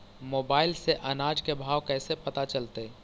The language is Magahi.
मोबाईल से अनाज के भाव कैसे पता चलतै?